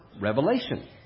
revelation